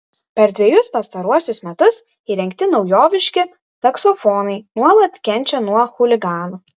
per dvejus pastaruosius metus įrengti naujoviški taksofonai nuolat kenčia nuo chuliganų